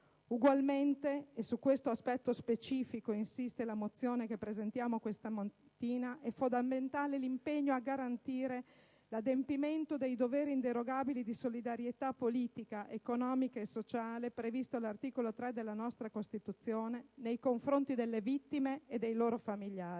Ugualmente - su questo specifico aspetto insiste la mozione che presentiamo questa mattina - è fondamentale l'impegno a garantire "l'adempimento dei doveri inderogabili di solidarietà politica, economica e sociale" previsto dall'articolo 3 della nostra Costituzione nei confronti delle vittime e dei loro familiari.